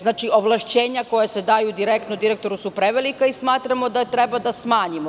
Znači ovlašćenja koja se daju direktno direktoru su prevelikai smatramo da treba da smanjimo.